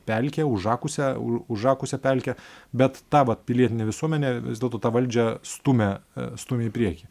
pelkę užakusią u užakusią pelkę bet ta vat pilietinė visuomenė vis dėlto tą valdžią stumia stumia į priekį